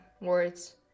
words